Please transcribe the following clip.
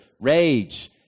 rage